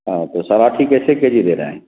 ہاں تو سوراٹھی کیسے کے جی دے رہے ہیں